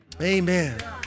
Amen